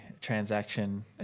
transaction